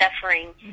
suffering